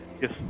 Yes